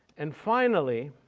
and finally,